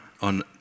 on